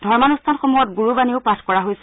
ধৰ্মানুষ্ঠানসমূহত গুৰুবাণীও পাঠ কৰা হৈছে